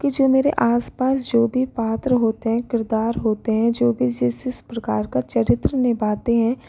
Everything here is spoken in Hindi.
की जो मेरे आस पास जो भी पात्र होते हैं किरदार होते हैं जो भी जिस जिस प्रकार का चरित्र निभाते हैं